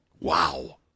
Wow